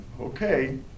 okay